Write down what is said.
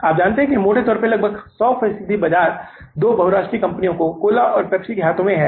आप जानते हैं कि मोटे तौर पर लगभग 100 फीसदी बाजार दो बहुराष्ट्रीय कंपनियों कोका कोला और पेप्सी के हाथों में है